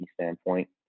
standpoint